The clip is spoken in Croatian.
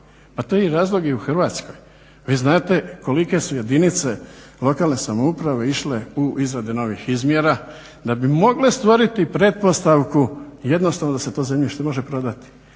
Pa to je razlog i u Hrvatskoj. Vi znate kolike su jedinice lokalne samouprave išle u izradu novih izmjera da bi mogle stvoriti pretpostavku jednostavno da se to zemljište može prodati.